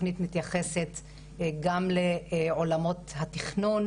התוכנית מתייחסת גם לעולמות התכנון